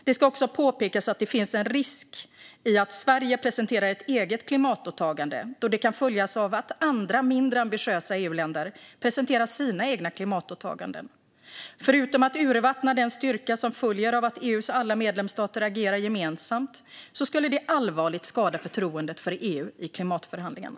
Det ska också påpekas att det finns en risk i att Sverige presenterar ett eget klimatåtagande då det kan följas av att andra, mindre ambitiösa EU-länder presenterar sina egna klimatåtaganden. Förutom att urvattna den styrka som följer av att EU:s alla medlemsstater agerar gemensamt så skulle det allvarligt skada förtroendet för EU i klimatförhandlingarna.